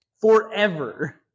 Forever